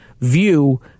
view